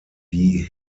die